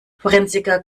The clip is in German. forensiker